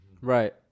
Right